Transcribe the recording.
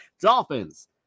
Dolphins